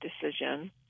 decision